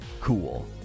cool